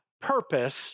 purpose